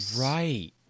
right